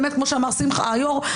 באמת כמו שאמר היו"ר,